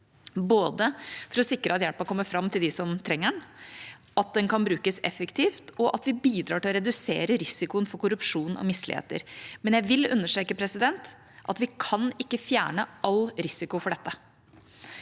godt for å sikre både at hjelpen kommer fram til dem som trenger den, at den kan brukes effektivt, og at vi bidrar til å redusere risikoen for korrupsjon og misligheter. Jeg vil understreke at vi ikke kan fjerne all risiko for dette.